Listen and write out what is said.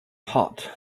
hot